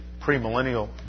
premillennial